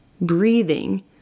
breathing